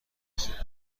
خوب